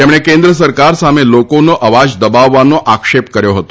તેમણે કેન્દ્ર સરકાર સામે લોકોનો અવાજ દબાવવાનો આક્ષેપ કર્યો હતો